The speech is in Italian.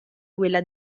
quella